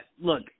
look